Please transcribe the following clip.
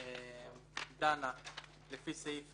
הקנסות דנה לפי סעיף